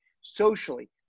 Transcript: socially